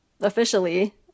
officially